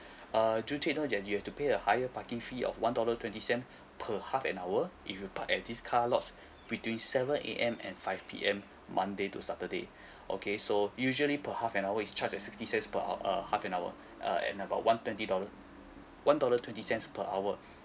err do take note that you have to pay a higher parking fee of one dollar twenty cent per half an hour if you park at this car lots between seven A_M and five P_M monday to saturday okay so usually per half an hour is charged at sixty cents per ho~ uh half an hour uh and about one twenty dollar one dollar twenty cents per hour